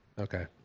Okay